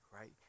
right